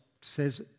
says